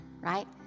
Right